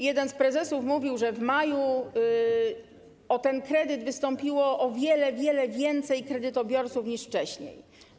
Jeden z prezesów mówił, że w maju o ten kredyt wystąpiło o wiele, wiele więcej kredytobiorców niż wcześniej.